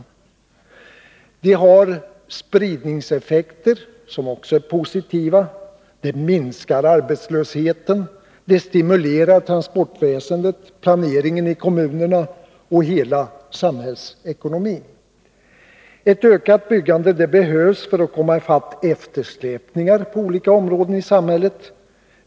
Byggandet har spridningseffekter som också är positiva. Det minskar arbetslösheten. Det stimulerar transportväsendet, planeringen i kommunerna och hela samhällsekonomin. Ett ökat byggande behövs för att komma ifatt eftersläpningar på olika områden i samhället.